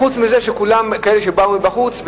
חוץ מזה שכולם כאלה שבאו מבחוץ,